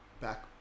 back